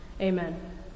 Amen